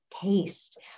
taste